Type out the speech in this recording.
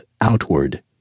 outward